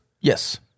Yes